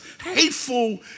hateful